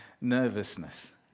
nervousness